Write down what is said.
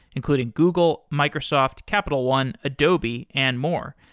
including google, microsoft, capital one, adobe and more.